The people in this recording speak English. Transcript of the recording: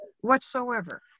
whatsoever